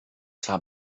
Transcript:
zwar